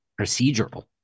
procedural